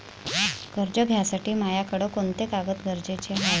कर्ज घ्यासाठी मायाकडं कोंते कागद गरजेचे हाय?